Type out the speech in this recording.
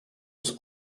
was